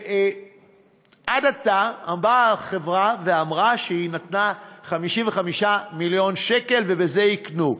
עד עתה באה החברה ואמרה שהיא נתנה 55 מיליון שקל ובזה יקנו.